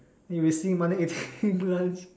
if you see monday eating lunch